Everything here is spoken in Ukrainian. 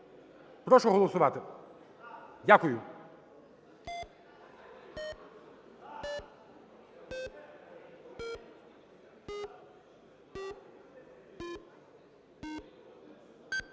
Прошу голосувати. Дякую.